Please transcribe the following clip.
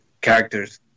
characters